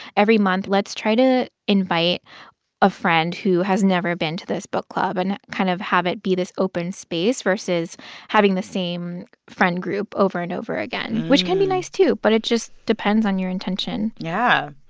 every month, let's try to invite a friend who has never been to this book club and kind of have it be this open space versus having the same friend group over and over again, which can be nice, too. but it just depends on your intention yeah